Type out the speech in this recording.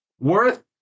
worth